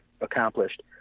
accomplished